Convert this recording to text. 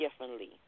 differently